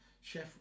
chef